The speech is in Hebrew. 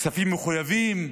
כספים מחויבים,